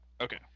Okay